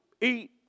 eat